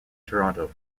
toronto